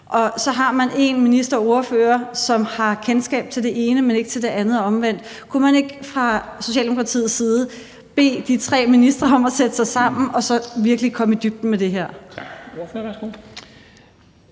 og så har man en minister og en ordfører, som har kendskab til det ene, men ikke til det andet – og omvendt. Kunne man ikke fra Socialdemokratiets side bede de tre ministre om at sætte sig sammen og så virkelig komme i dybden med det her?